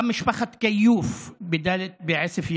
גם משפחת כיוף בעוספיא,